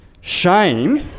Shame